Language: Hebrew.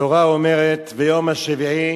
התורה אומרת: ויום השביעי